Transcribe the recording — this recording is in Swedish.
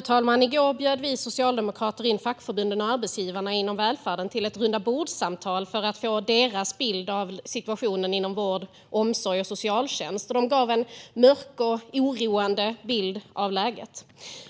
Fru talman! I går bjöd vi socialdemokrater in fackförbunden och arbetsgivarna inom välfärden till ett rundabordssamtal för att få deras bild av situationen inom vård, omsorg och socialtjänst. De gav en mörk och oroande bild av läget.